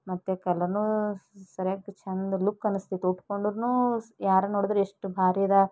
ಮತ್ತು ಕಲರ್ನೂ ಸರಿಯಾಗಿ ಚೆಂದ ಲುಕ್ ಅನ್ನಿಸ್ತಿತ್ತು ಉಟ್ಟ್ಕೊಂಡರೂ ಯಾರು ನೋಡಿದರೂ ಎಷ್ಟು ಭಾರಿ ಅದ